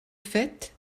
fait